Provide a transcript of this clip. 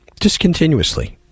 Discontinuously